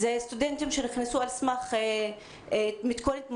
אלו סטודנטים שנכנסו על סמך מתכונת מסוימת,